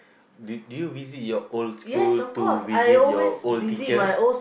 do do you visit your old school to visit your old teacher